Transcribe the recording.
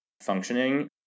functioning